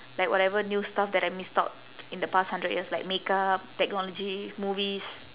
like whatever new stuff that I missed out in the past hundred years like makeup technology movies